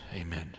amen